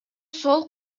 сол